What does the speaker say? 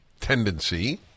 tendency